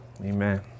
Amen